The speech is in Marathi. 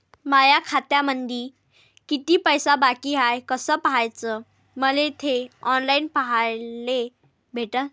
माया खात्यामंधी किती पैसा बाकी हाय कस पाह्याच, मले थे ऑनलाईन कस पाह्याले भेटन?